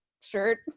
shirt